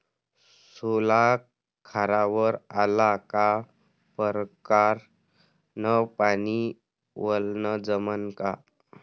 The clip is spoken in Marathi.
सोला खारावर आला का परकारं न पानी वलनं जमन का?